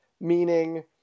Meaning